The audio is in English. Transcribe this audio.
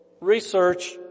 research